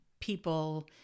people